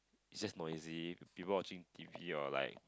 is just noisy people watching T_V or like